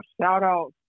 shout-out